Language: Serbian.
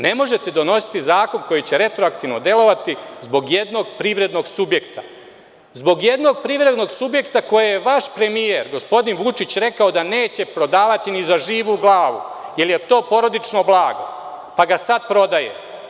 Ne možete donositi zakon koji će retroaktivno delovati zbog jednog privrednog subjekta, zbog jednog privrednog subjekta koji je vaš premijer, gospodin Vučić rekao da neće prodavati ni za živu glavu, jer je to porodično blago, pa ga sada prodaje.